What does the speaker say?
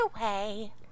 away